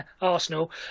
Arsenal